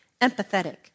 empathetic